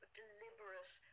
deliberate